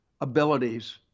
abilities